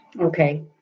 Okay